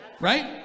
Right